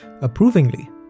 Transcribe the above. approvingly